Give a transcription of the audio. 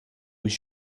was